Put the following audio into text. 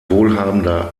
wohlhabender